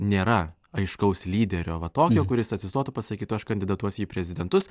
nėra aiškaus lyderio va tokio kuris atsistotų pasakytų aš kandidatuosiu į prezidentus